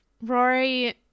Rory